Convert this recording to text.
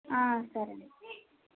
సరే